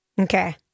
Okay